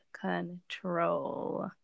control